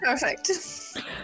perfect